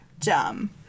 dumb